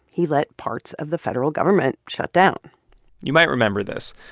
he let parts of the federal government shut down you might remember this.